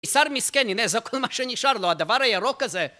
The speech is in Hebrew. איסר מסכן, הנה זה הכל מה שנשאר לו, הדבר הירוק הזה.